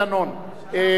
ממשלה.